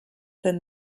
than